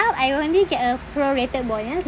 I only get a pro rated bonus